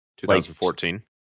2014